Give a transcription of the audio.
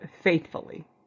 faithfully